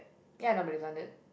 ya nobody's on that